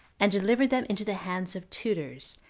and delivered them into the hands of tutors,